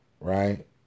Right